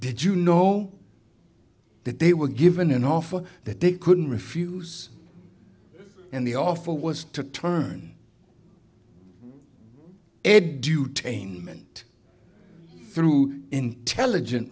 did you know that they were given an offer that they couldn't refuse and the offer was to turn ed do taint through intelligent